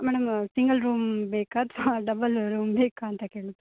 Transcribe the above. madam single room ಬೇಕಾ ಅಥವಾ double room ಬೇಕಾ ಅಂತ ಕೇಳಿದೆ